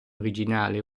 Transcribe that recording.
originale